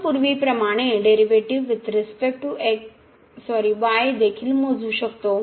आपण पूर्वी प्रमाणे derivative with respect to y देखील मोजू शकतो